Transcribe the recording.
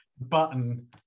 button